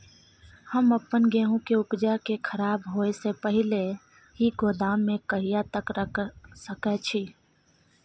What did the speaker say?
हम अपन गेहूं के उपजा के खराब होय से पहिले ही गोदाम में कहिया तक रख सके छी?